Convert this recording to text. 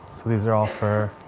so these are all for